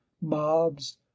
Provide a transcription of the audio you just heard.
mobs